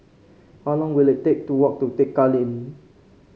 how long will it take to walk to Tekka Lane